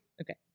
Okay